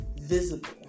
visible